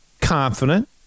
confident